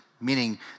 meaning